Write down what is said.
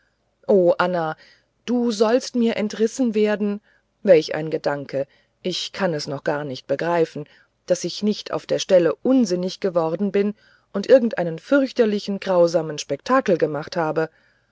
anna du sollst mir entrissen werden welch ein gedanke ich kann es noch gar nicht begreifen daß ich nicht auf der stelle unsinnig geworden bin und irgendeinen fürchterlichen grausamen spektakel gemacht habe